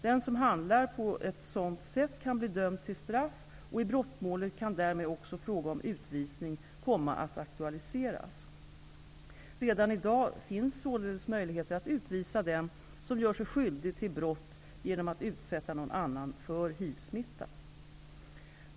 Den som handlar på ett sådant sätt kan bli dömd till straff, och i brottmålet kan därmed också fråga om utvisning komma att aktualiseras. Redan i dag finns således möjlighet att utvisa den som gör sig skyldig till brott genom att utsätta någon annan för hivsmitta.